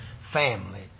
family